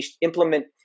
implement